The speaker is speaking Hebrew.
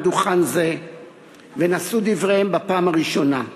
דוכן זה ונשאו דבריהם בפעם הראשונה.